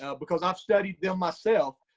ah because i've studied them myself,